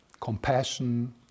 compassion